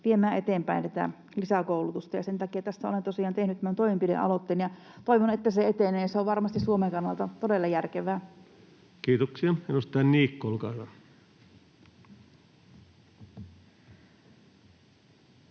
viemään eteenpäin tätä lisäkoulutusta, ja sen takia olen tosiaan tehnyt tästä toimenpidealoitteen ja toivon, että se etenee. Se on varmasti Suomen kannalta todella järkevää. [Speech 38] Speaker: Ensimmäinen